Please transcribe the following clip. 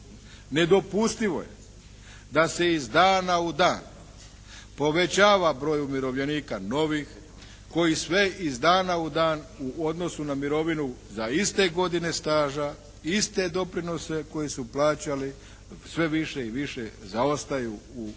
Nedopustivo da se iz dana u dan, povećava broj umirovljenika novih koji sve iz dana u dan u odnosu na mirovinu za iste godine staža, iste doprinose koje su plaćali, sve više i više zaostaju u odnosu